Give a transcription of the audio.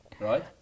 right